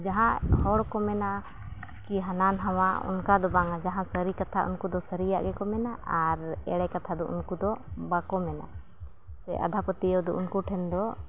ᱡᱟᱦᱟᱸ ᱦᱚᱲᱠᱚ ᱢᱮᱱᱟ ᱠᱤ ᱦᱟᱱᱟᱼᱱᱷᱟᱣᱟ ᱚᱱᱠᱟᱫᱚ ᱵᱟᱝᱟ ᱡᱟᱦᱟᱸ ᱥᱟᱹᱨᱤ ᱠᱟᱛᱷᱟ ᱩᱱᱠᱩ ᱫᱚ ᱥᱟᱹᱨᱤᱭᱟᱜ ᱜᱮᱠᱚ ᱢᱮᱱᱟ ᱟᱨ ᱮᱲᱮ ᱠᱟᱛᱷᱟᱫᱚ ᱩᱱᱠᱩᱫᱚ ᱵᱟᱠᱚ ᱢᱮᱱᱟ ᱥᱮ ᱟᱸᱫᱷᱟ ᱯᱟᱹᱛᱭᱟᱹᱣᱫᱚ ᱩᱱᱠᱩ ᱴᱷᱮᱱᱫᱚ